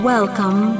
Welcome